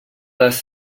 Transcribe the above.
les